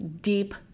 deep